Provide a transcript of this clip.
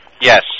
Yes